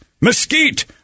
mesquite